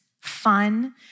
fun